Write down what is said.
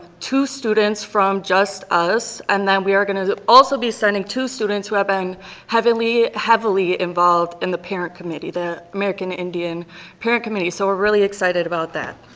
two students from just us, and then we are gonna also be sending two students who have been heavily heavily in the parent committee, the american indian parent committee. so we're really excited about that.